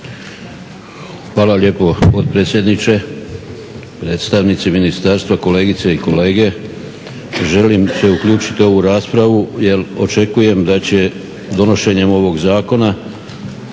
Hvala lijepo, potpredsjedniče. Predstavnici ministarstva, kolegice i kolege. Želim se uključiti u ovu raspravu jer očekujem da će donošenjem ovog zakona